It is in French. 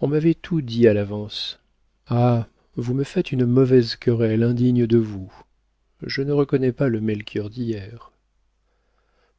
on m'avait tout dit à l'avance ah vous me faites une mauvaise querelle indigne de vous je ne reconnais pas le melchior d'hier